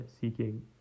seeking